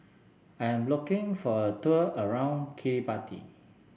I am locking for a tour around Kiribati